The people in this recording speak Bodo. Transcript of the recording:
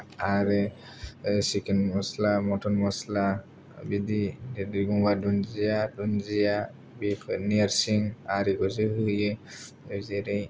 आरो सिकेन मसला मतन मसला बिदि गंगार दुन्दिया दुन्दिया बेफोर नोरसिं आरिखौसो होयो जेरै